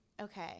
Okay